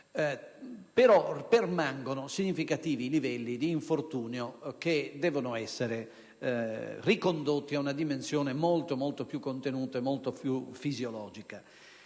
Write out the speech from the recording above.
- permangono significativi livelli di infortunio che devono essere ricondotti ad una dimensione molto, molto più contenuta e fisiologica.